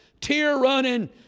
tear-running